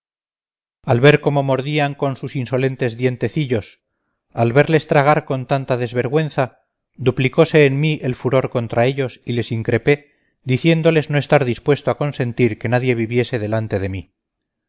al ver cómo mordían con sus insolentes dientecillos al verles tragar con tanta desvergüenza duplicose en mí el furor contra ellos y les increpé diciéndoles no estar dispuesto a consentir que nadie viviese delante de mí